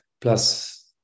plus